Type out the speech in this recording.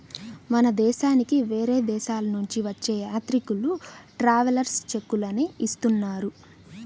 మన దేశానికి వేరే దేశాలనుంచి వచ్చే యాత్రికులు ట్రావెలర్స్ చెక్కులనే ఇస్తున్నారు